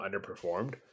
underperformed